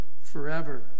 forever